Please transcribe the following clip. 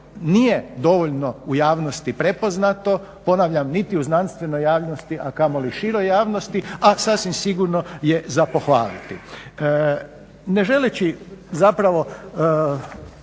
nije dovoljno u javnosti prepoznato, ponavljam niti u znanstvenoj javnosti, a kamoli široj javnosti a sasvim sigurno je za pohvaliti. Ne želeći zapravo